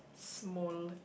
small